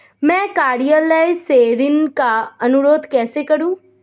मैं कार्यालय से ऋण का अनुरोध कैसे करूँ?